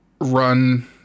run